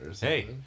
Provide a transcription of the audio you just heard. Hey